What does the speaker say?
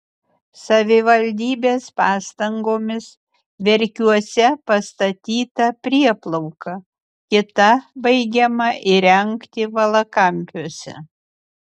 savivaldybės pastangomis verkiuose pastatyta prieplauka kita baigiama įrengti valakampiuose